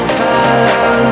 follow